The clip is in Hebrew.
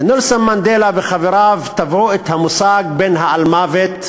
ונלסון מנדלה וחבריו טבעו את המושג בן-האלמוות: